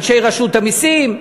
אנשי רשות המסים,